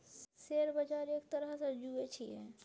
share बजार एक तरहसँ जुऐ छियै